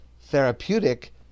therapeutic